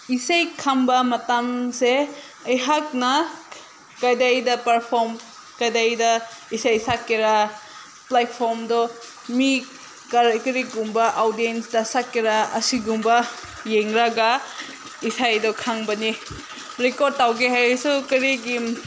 ꯏꯁꯩ ꯈꯟꯕ ꯃꯇꯝꯁꯦ ꯑꯩꯍꯥꯛꯅ ꯀꯗꯥꯏꯗ ꯄꯥꯔꯐꯣꯝ ꯀꯗꯥꯏꯗ ꯏꯁꯩ ꯁꯛꯀꯦꯔꯥ ꯄ꯭ꯂꯦꯠꯐꯣꯝꯗꯣ ꯃꯤ ꯀꯔꯤꯒꯨꯝꯕ ꯑꯣꯗꯦꯟꯁꯇ ꯁꯛꯀꯦꯔꯥ ꯑꯁꯤꯒꯨꯝꯕ ꯌꯦꯡꯂꯒ ꯏꯁꯩꯗꯣ ꯈꯪꯕꯅꯦ ꯔꯦꯀꯣꯔꯠ ꯇꯧꯒꯦ ꯍꯥꯏꯔꯁꯨ ꯀꯔꯤꯒꯤ